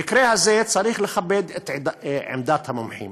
במקרה הזה צריך לכבד את עמדת המומחים.